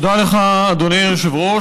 תודה לך, אדוני היושב-ראש.